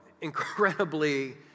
incredibly